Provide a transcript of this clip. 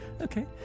Okay